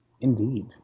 Indeed